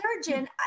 surgeon